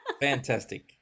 Fantastic